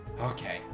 Okay